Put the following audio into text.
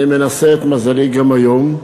אני מנסה את מזלי גם היום,